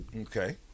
Okay